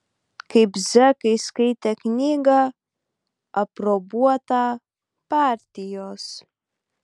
kaip zekai skaitė knygą aprobuotą partijos